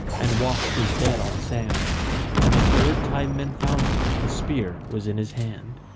and washed as dead on sand and the third time men found him the spear was in his hand.